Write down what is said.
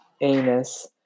anus